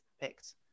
picked